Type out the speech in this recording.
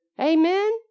Amen